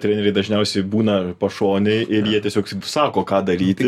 treneriai dažniausiai būna pašonėj ir jie tiesiog sako ką daryti